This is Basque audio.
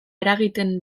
eragiten